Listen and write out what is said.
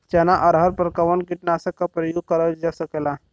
चना अरहर पर कवन कीटनाशक क प्रयोग कर जा सकेला?